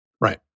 Right